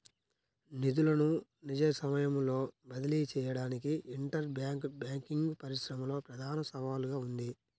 నిధులను నిజ సమయంలో బదిలీ చేయడానికి ఇంటర్ బ్యాంక్ బ్యాంకింగ్ పరిశ్రమలో ప్రధాన సవాలుగా ఉంది